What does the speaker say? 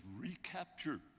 recapture